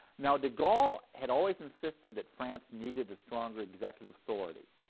now, de gaulle had always insisted that france needed a stronger executive authority,